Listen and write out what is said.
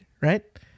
right